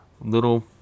little